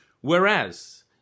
Whereas